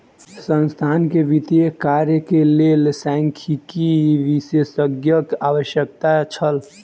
संस्थान के वित्तीय कार्य के लेल सांख्यिकी विशेषज्ञक आवश्यकता छल